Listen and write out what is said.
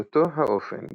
באותו האופן,